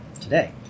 today